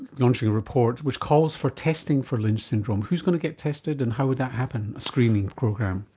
launching a report which calls for testing for lynch syndrome. who's going to get tested and how would that happen, a screening program?